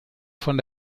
von